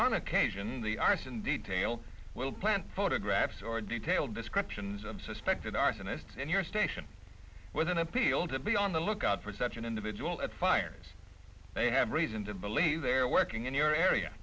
on occasion the arson detail will plant photographs or detailed descriptions of suspected arsonist and your station with an appeal to be on the lookout for such an individual at fires they have reason to believe they're working in your area